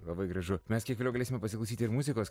labai gražu mes kiek vėliau galėsime pasiklausyti ir muzikos